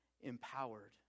empowered